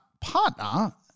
partner